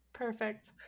Perfect